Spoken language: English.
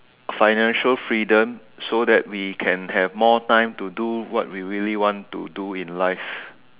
financial freedom so that we can have more time to do what we really want to do in life